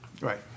Right